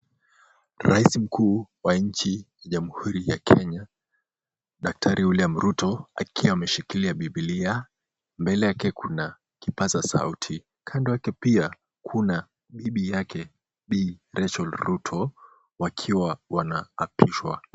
Rais, mkuu wa nchi ya jamhuri ya Kenya, daktari William Ruto akiwa ameshikilia bibilia, mbele yake kuna kipaza sauti, kando yake pia yupo bibi yake bi Racheal Ruto wakiwa wanaapishwa.